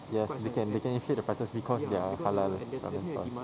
yes they can they can appreciate their prices because they're halal ramen stalls